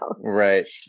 Right